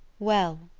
well,